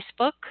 facebook